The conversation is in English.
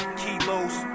kilos